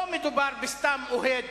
לא מדובר בסתם אוהד